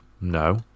No